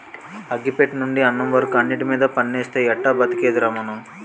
అగ్గి పెట్టెనుండి అన్నం వరకు అన్నిటిమీద పన్నేస్తే ఎట్టా బతికేదిరా మనం?